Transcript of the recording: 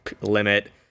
limit